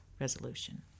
resolution